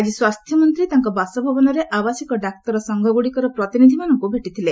ଆଜି ସ୍ୱାସ୍ଥ୍ୟମନ୍ତ୍ରୀ ତାଙ୍କ ବାସଭବନରେ ଆବାସିକ ଡାକ୍ତର ସଂଘଗୁଡ଼ିକର ପ୍ରତିନିଧିମାନଙ୍କୁ ଭେଟିଥିଲେ